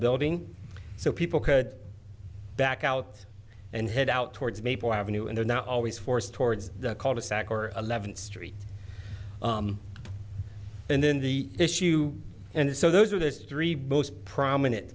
building so people could back out and head out towards maple avenue and there now always forced towards the cul de sac or eleventh street and then the issue and so those are the three most prominent